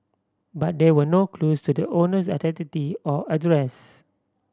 but there were no clues to the owner's identity or address